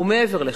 מעבר לכך,